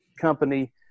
company